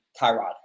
Tyrod